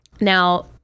Now